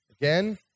again